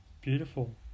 Beautiful